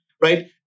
right